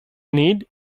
need